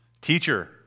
Teacher